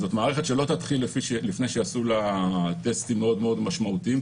זאת מערכת שלא תתחיל לפני שיעשו לה טסטים מאוד מאוד משמעותיים,